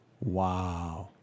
Wow